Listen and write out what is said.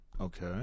Okay